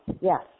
yes